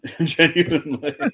genuinely